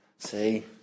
See